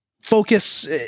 Focus